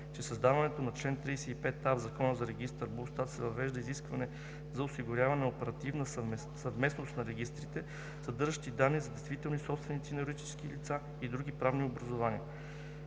Чрез създаването на чл. 35а в Закона за регистър БУЛСТАТ се въвежда изискване за осигуряване на оперативна съвместимост на регистрите, съдържащи данни за действителните собственици на юридическите лица и други правни образувания.